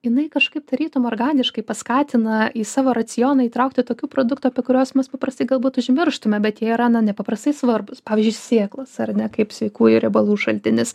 jinai kažkaip tarytum organiškai paskatina į savo racioną įtraukti tokių produktų apie kuriuos mes paprastai galbūt užmirštume bet jie yra na nepaprastai svarbūs pavyzdžiui sėklos ar ne kaip sveikųjų riebalų šaltinis